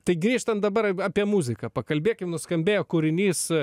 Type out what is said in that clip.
tai grįžtant dabar apie muziką pakalbėkim nuskambėjo kūrinys